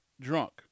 drunk